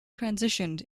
transitioned